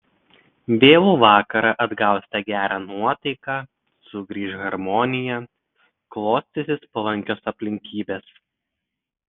vėlų vakarą atgausite gerą nuotaiką sugrįš harmonija klostysis palankios aplinkybės